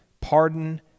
pardon